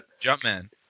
Jumpman